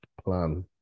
plan